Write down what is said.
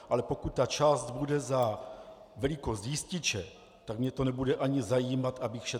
Ale pokud ta část bude za velikost jističe, tak mě to nebude ani zajímat, abych šetřil.